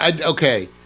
Okay